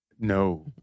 No